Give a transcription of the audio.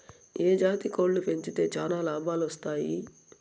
ఏ జాతి కోళ్లు పెంచితే చానా లాభాలు వస్తాయి?